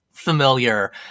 familiar